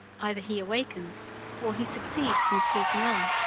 either he awakens or he succeeds in sleeping on.